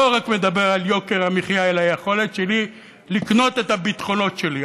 לא רק מדבר על יוקר המחיה אלא על היכולת שלי לקנות את הביטחונות שלי,